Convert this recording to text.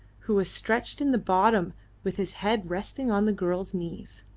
who was stretched in the bottom with his head resting on the girl's knees.